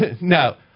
No